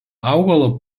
augalo